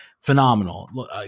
Phenomenal